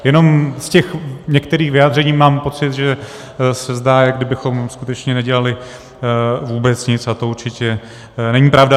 Jenom z těch některých vyjádření mám pocit, že se zdá, jako kdybychom skutečně nedělali vůbec nic, a to určitě není pravda.